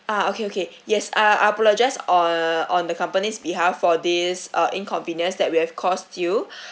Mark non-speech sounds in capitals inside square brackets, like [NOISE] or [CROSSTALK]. ah okay okay yes I apologise on on the company's behalf for this uh inconvenience that we have caused you [BREATH]